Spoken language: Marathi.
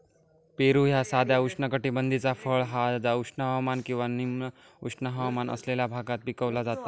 पेरू ह्या साधा उष्णकटिबद्धाचा फळ हा जा उष्ण हवामान किंवा निम उष्ण हवामान असलेल्या भागात पिकवला जाता